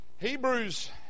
hebrews